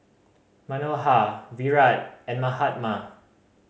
Manohar Virat and Mahatma